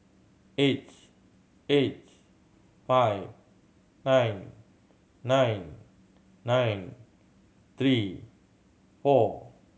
eight eight five nine nine nine three four